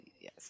Yes